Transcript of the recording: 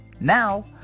Now